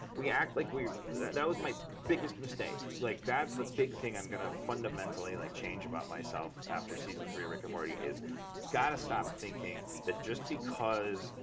we act like we that that was my biggest mistake. like, that's the big thing i'm going to fundamentally like change about myself, after season three of rick and morty. got to stop thinking that, just because,